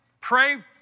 pray